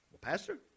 pastor